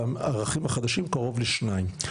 בערכים החדשים קרוב לשניים.